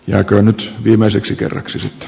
jääköön nyt viimeiseksi kerraksi sitten